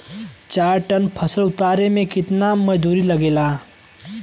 चार टन फसल उतारे में कितना मजदूरी लागेला?